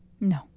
No